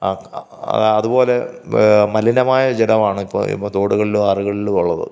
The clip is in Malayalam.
ആ അതുപോലെ മലിനമായ ജലമാണ് ഇപ്പോൾ തോടുകളിലും ആറുകളിലും ഉള്ളത്